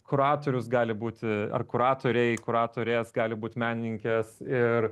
kuratorius gali būti ar kuratoriai kuratorės gali būt menininkės ir